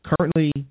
currently